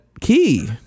key